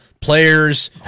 players